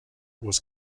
was